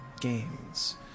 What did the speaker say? games